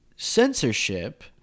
Censorship